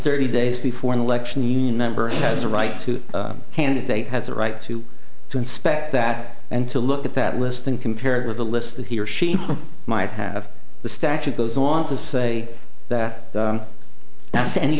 thirty days before an election union member has a right to a candidate has a right to inspect that and to look at that list and compare it with the lists that he or she might have the statute goes on to say that